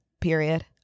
Period